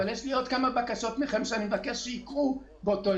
אבל יש לי עוד כמה בקשות מכם באותו הקשר,